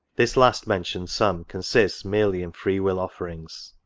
this last-mentioned sum consists merely in free-will offerings.